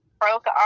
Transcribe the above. broke